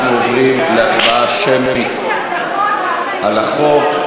אנחנו עוברים להצבעה שמית על החוק.